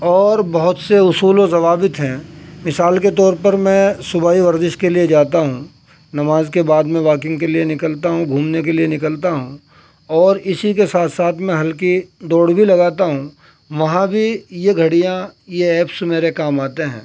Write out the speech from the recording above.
اور بہت سے اصول و ضوابط ہیں مثال کے طور پر میں صبح ہی ورزش کے لیے جاتا ہوں نماز کے بعد میں واکنگ کے لیے نکلتا ہوں گھومنے کے لیے نکلتا ہوں اور اسی کے ساتھ ساتھ میں ہلکی دوڑ بھی لگاتا ہوں وہاں بھی یہ گھڑیاں یہ ایپس میرے کام آتے ہیں